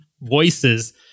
voices